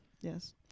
Yes